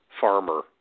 farmer